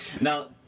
Now